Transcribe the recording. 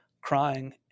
crying